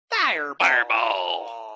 fireball